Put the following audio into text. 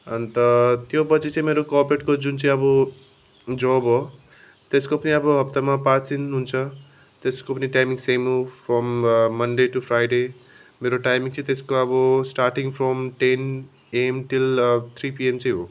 अन्त त्योपछि चाहिँ मेरो कर्पेटको जुन चाहिँ अब जब हो त्यसको पनि अब हप्तामा पाँचदिन हुन्छ त्यसको पनि टाइमिङ् सेम हो फ्रम मनडे टू फ्राइडे मेरो टाइमिङ चाहिँ त्यसको अब starting from ten AM till three PM चाहिँ हो